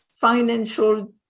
financial